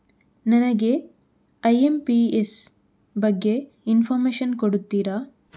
ನನಗೆ ಐ.ಎಂ.ಪಿ.ಎಸ್ ಬಗ್ಗೆ ಇನ್ಫೋರ್ಮೇಷನ್ ಕೊಡುತ್ತೀರಾ?